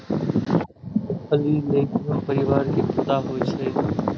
फली लैग्यूम परिवार के पौधा होइ छै